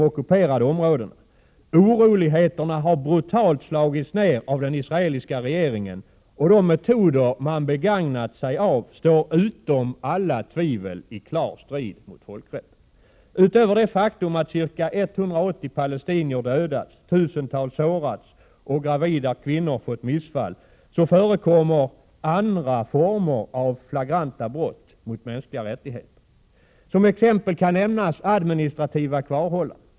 Oroligheterna har brutalt slagits ned av den israeliska regeringen, och de metoder som man har begagnat sig av står utom allt tvivel i klar strid mot folkrätten. Förutom det faktum att ca 180 palestinier dödats, tusentals sårats och gravida kvinnor fått missfall förekommer andra former av flagranta brott mot mänskliga rättigheter. Som exempel kan nämnas administrativa kvarhållanden.